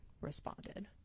responded